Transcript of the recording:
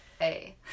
Hey